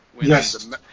Yes